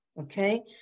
Okay